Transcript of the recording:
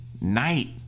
night